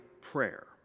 prayer